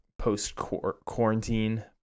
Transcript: post-quarantine